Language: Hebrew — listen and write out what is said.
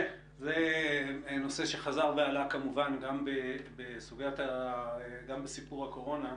כן, זה נושא שחזר ועלה כמובן בסיפור הקורונה.